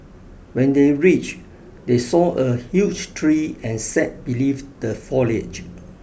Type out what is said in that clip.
when they reached they saw a huge tree and sat beneath the foliage